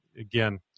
again